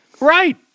Right